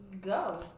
Go